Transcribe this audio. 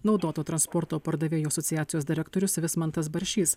naudoto transporto pardavėjų asociacijos direktorius vismantas baršys